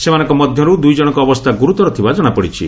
ସେମାନଙ୍କ ମଧ୍ଧରୁ ଦୁଇଜଣଙ୍କ ଅବସ୍ସା ଗୁରୁତର ଥିବା ଜଶାପଡ଼ିଛି